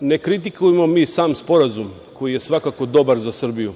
ne kritikujemo mi sam Sporazum, koji je svakako dobar za Srbiju,